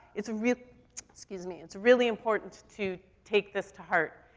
it's real excuse me, it's really important to take this to heart.